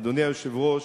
אדוני היושב-ראש,